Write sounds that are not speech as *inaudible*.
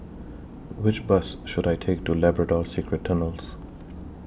*noise* Which Bus should I Take to Labrador Secret Tunnels